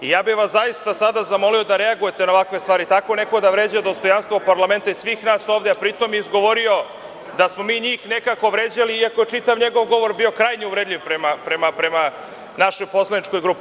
Zaista bih vas sada zamolio da reagujete na ovakve stvari kada tako neko vređa dostojanstvo parlamenta i svih nas ovde, a pri tome je izgovorio da smo mi njih nekako vređali, iako je čitav njegov govor bio krajnje uvredljiv prema našoj poslaničkoj grupi.